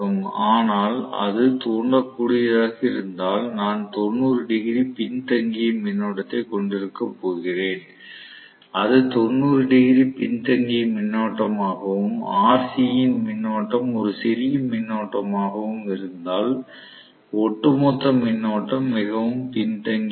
ஆனால் அது தூண்டக்கூடியதாக இருந்தால் நான் 90 டிகிரி பின்தங்கிய மின்னோட்டத்தைக் கொண்டிருக்கப் போகிறேன் அது 90 டிகிரி பின்தங்கிய மின்னோட்டமாகவும் RC ன் மின்னோட்டம் ஒரு சிறிய மின்னோட்டமாகவும் இருந்தால் ஒட்டுமொத்த மின்னோட்டம் மிகவும் பின்தங்கியிருக்கும்